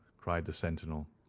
cried the sentinel.